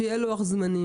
שיהיה לוח זמנים.